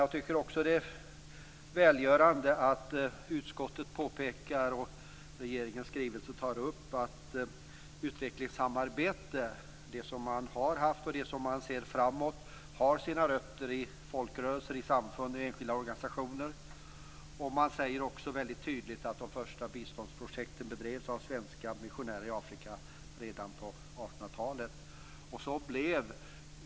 Jag tycker också att det är välgörande att utskottet påpekar, och att regeringens skrivelse tar upp, att det utvecklingssamarbete man har haft och det man ser framöver har sina rötter i folkrörelsen, i samfund och i enskilda organisationer. Man säger också väldigt tydligt att de första biståndsprojekten bedrevs av svenska missionärer i Afrika redan på 1800-talet.